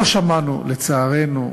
לא שמענו, לצערנו,